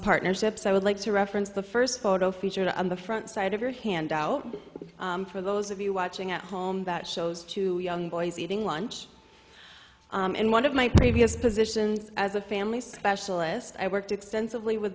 partnerships i would like to reference the first photo featured on the front side of your handout for those of you watching at home that shows two young boys eating lunch in one of my previous positions as a family specialist i worked extensively with